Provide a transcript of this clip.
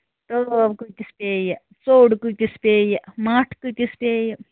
تٲو کۭتِس پیٚیہِ ژوٚڈ کۭتِس پیٚیہِ مَٹھ کۭتِس پیٚیہِ